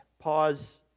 Pause